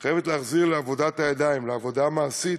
חייבת להחזיר לעבודת הידיים, לעבודה מעשית,